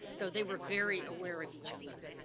though they were very aware of each other.